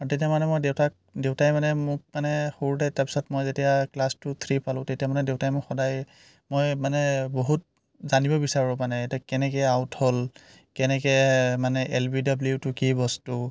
তেতিয়া মানে মই দেউতাক দেউতাই মানে মোক মানে সৰুতে তাৰ পিছত মই যেতিয়া ক্লাছ টু থ্ৰী পালোঁ তেতিয়া মানে দেউতাই মোক সদায় মই মানে বহুত জানিব বিচাৰোঁ মানে এতিয়া কেনেকৈ আউট হ'ল কেনেকৈ মানে এল বি ডব্লিউটো কি বস্তু